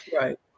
Right